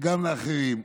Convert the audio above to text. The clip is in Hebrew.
וגם לאחרים,